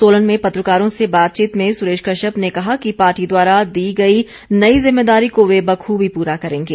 सोलन में पत्रकारों से बातचीत में सुरेश कश्यप ने कहा कि पार्टी द्वारा दी गई नई जिम्मेदारी को वे बखूबी पूरा करेंगे